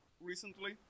recently